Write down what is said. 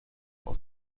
frau